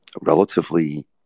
relatively